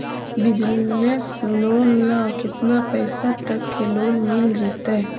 Business loan ल केतना पैसा तक के लोन मिल जितै?